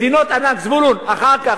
מדינות ענק, זבולון, אחר כך.